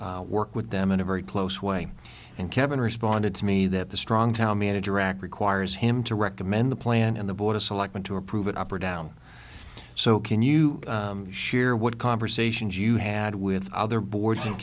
work with them in a very close way and kevin responded to me that the strong town manager act requires him to recommend the plan and the board of selectmen to approve it up or down so can you share what conversations you had with other boards and